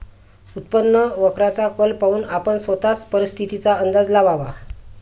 उत्पन्न वक्राचा कल पाहून आपण स्वतःच परिस्थितीचा अंदाज लावावा